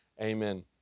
amen